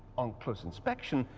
on ciose inspection,